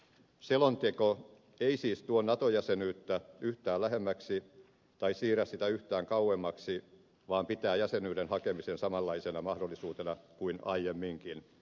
selonteon muotoilu ei siis tuo nato jäsenyyttä yhtään lähemmäksi tai siirrä sitä yhtään kauemmaksi vaan pitää jäsenyyden hakemisen samanlaisena mahdollisuutena kuin aiemminkin